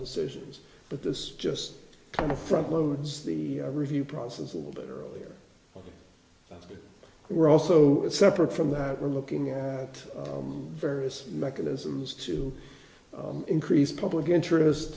decisions but this just kind of front loads the review process a little bit earlier we're also separate from that we're looking at various mechanisms to increase public interest